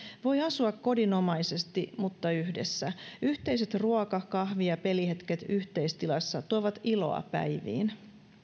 voi asua kodinomaisesti mutta yhdessä yhteiset ruoka kahvi ja pelihetket yhteistilassa tuovat iloa päiviin